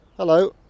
Hello